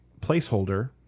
placeholder